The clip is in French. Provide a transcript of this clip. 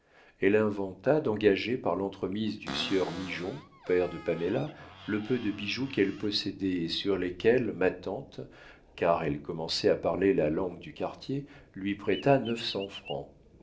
elle inventa d'engager par l'entremise du sieur migeon père de paméla le peu de bijoux qu'elle possédait et sur lesquels ma tante car elle commençait à parler la langue du quartier lui prêta neuf cents francs